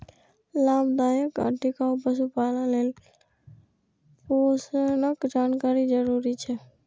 लाभदायक आ टिकाउ पशुपालन लेल पोषणक जानकारी जरूरी छै